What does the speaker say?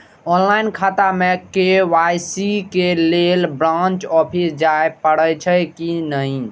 Online खाता में KYC के लेल ब्रांच ऑफिस जाय परेछै कि नहिं?